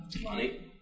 Money